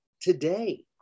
today